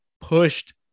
pushed